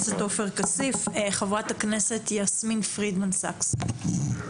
חברת הכנסת יסמין פרידמן, בבקשה.